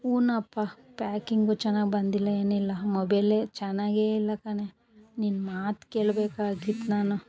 ಹ್ಞೂನಪ್ಪ ಪ್ಯಾಕಿಂಗು ಚೆನ್ನಾಗ್ ಬಂದಿಲ್ಲ ಏನಿಲ್ಲ ಮೊಬೈಲೆ ಚೆನ್ನಾಗೇ ಇಲ್ಲ ಕಣೆ ನಿನ್ನ ಮಾತು ಕೇಳ್ಬೇಕಾಗಿತ್ತು ನಾನು